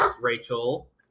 Rachel